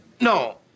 no